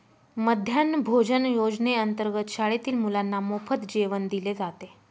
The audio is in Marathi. मध्यान्ह भोजन योजनेअंतर्गत शाळेतील मुलांना मोफत जेवण दिले जाते